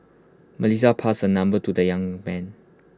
Melissa passed her number to the young man